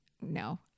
no